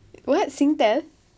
what Singtel